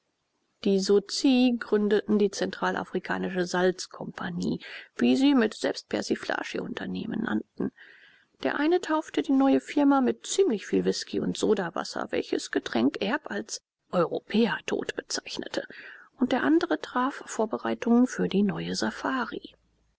die sozii gründeten die zentralafrikanische salzkompagnie wie sie mit selbstpersiflage ihr unternehmen nannten der eine taufte die neue firma mit ziemlich viel whisky und sodawasser welches getränk erb als europäertod bezeichnete und der andere traf vorbereitungen für die neue safari